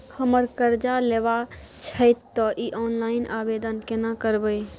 हमरा कर्ज लेबा छै त इ ऑनलाइन आवेदन केना करबै?